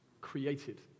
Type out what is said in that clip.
created